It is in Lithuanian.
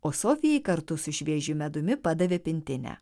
o sofijai kartu su šviežiu medumi padavė pintinę